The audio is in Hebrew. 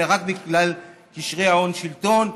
אלא רק בגלל קשרי ההון שלטון.